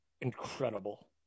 incredible